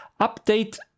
update